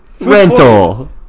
rental